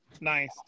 nice